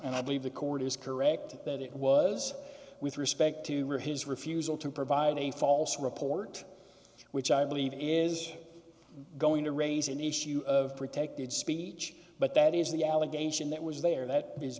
and i believe the court is correct that it was with respect to or his refusal to provide a false report which i believe is going to raise an issue of protected speech but that is the allegation that was there that is